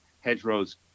hedgerows